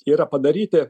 yra padaryti